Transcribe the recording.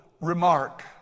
remark